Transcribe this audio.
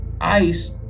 ICE